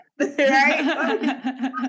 Right